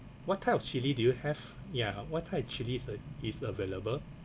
what type of chili do you have ya what type of chilies uh is available